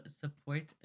support